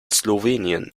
slowenien